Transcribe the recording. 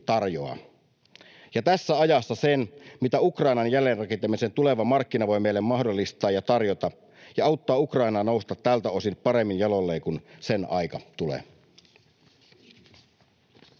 ja tässä ajassa sen, mitä Ukrainan jälleenrakentamisen tuleva markkina voi meille mahdollistaa ja tarjota, ja auttaa Ukrainaa nousemaan tältä osin paremmin jaloilleen, kun sen aika tulee.